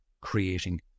creating